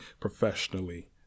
professionally